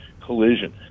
collision